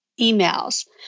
emails